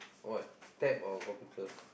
what tab or computer